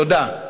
תודה.